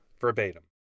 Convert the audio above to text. verbatim